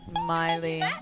Miley